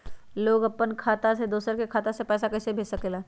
लोग अपन खाता से दोसर के खाता में पैसा कइसे भेज सकेला?